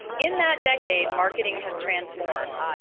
in that decade, marketing has transformed.